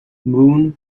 moon